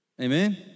Amen